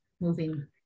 moving